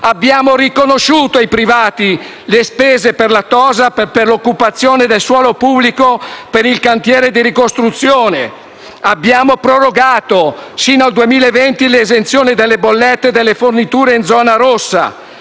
Abbiamo riconosciuto ai privati le spese per la tassa per l'occupazione di spazi e aree pubbliche (TOSAP) per il cantiere di ricostruzione. Abbiamo prorogato sino al 2020 l'esenzione delle bollette delle forniture in zona rossa,